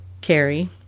Carrie